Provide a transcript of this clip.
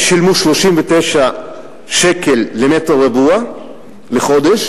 הם שילמו 39 שקל למטר רבוע לחודש,